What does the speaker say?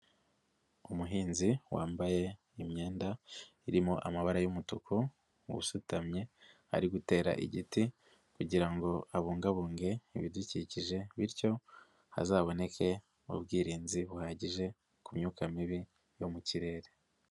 Umuhinzi wambaye imyenda irimo amabara y'umutuku, usutamye, ari gutera igiti kugira ngo abungabunge ibidukikije bityo hazaboneke ubwirinzi buhagije ku myuka mibi yo mu kirere.